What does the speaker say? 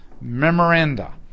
Memoranda